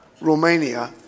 Romania